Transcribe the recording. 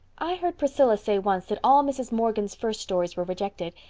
i heard priscilla say once that all mrs. morgan's first stories were rejected.